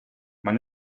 man